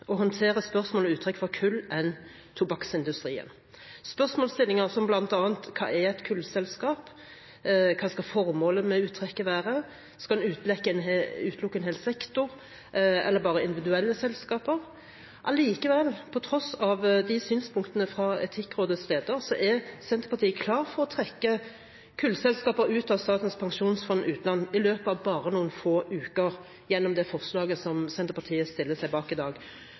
å håndtere spørsmål om uttrekk av kullindustrien enn tobakksindustrien – spørsmålsstillinger som bl.a. hva et kullselskap er, hva formålet med uttrekket skal være, og skal en utelukke en hel sektor eller bare individuelle selskaper? Allikevel, på tross av synspunktene fra Etikkrådets leder, er Senterpartiet klar for å trekke kullselskaper ut av Statens pensjonsfond utland i løpet av bare noen få uker gjennom det forslaget Senterpartiet stiller seg bak i dag?